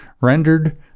rendered